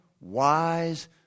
wise